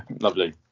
lovely